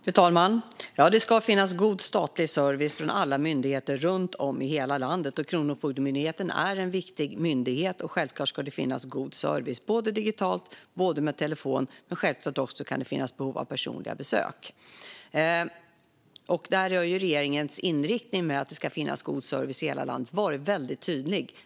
Fru talman! Ja, det ska finnas god statlig service från alla myndigheter runt om i hela landet. Kronofogdemyndigheten är en viktig myndighet, och självklart ska det finnas god service. Den kan ges digitalt och per telefon, och självklart kan det också finnas behov av personliga besök. Här har regeringens inriktning att det ska finnas god service i hela landet varit väldigt tydlig.